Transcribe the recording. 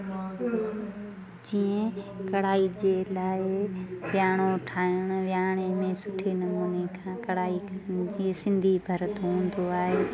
जीअं कढ़ाई जे लाइ विहाणो ठाहिण विहाणे में सुठे नमूने खां कढ़ाई जीअं सिंधी भर्त हूंदो आहे